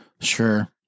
Sure